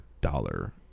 dollar